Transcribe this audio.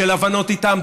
של הבנות איתם,